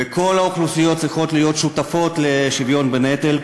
וכל האוכלוסיות צריכות להיות שותפות לשוויון בנטל,